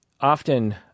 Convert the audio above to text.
often